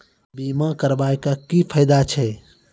बीमा कराबै के की फायदा छै?